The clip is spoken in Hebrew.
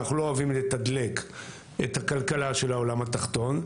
אנחנו לא אוהבים לתדלק את הכלכלה של העולם ותחתון,